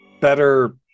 better